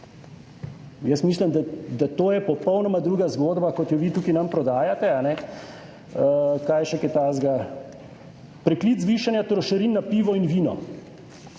Jaz mislim, da to je popolnoma druga zgodba, kot jo vi tukaj nam prodajate. Kaj je še kaj takega? Preklic zvišanja trošarin na pivo in vino.